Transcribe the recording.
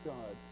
God